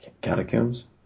catacombs